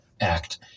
Act